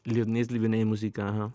liūdni slibinai muzika aha